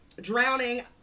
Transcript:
drowning